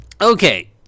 Okay